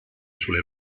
sulle